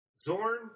Zorn